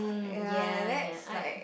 mm ya ya I